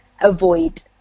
avoid